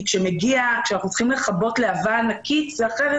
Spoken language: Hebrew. כי כשאנחנו צריכים לכבות להבה ענקית זה אחרת